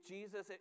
Jesus